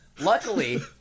luckily